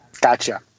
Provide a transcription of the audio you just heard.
Gotcha